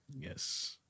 Yes